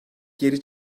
geri